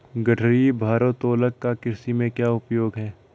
गठरी भारोत्तोलक का कृषि में क्या उपयोग है?